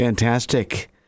Fantastic